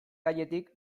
gainetik